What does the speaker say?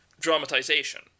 dramatization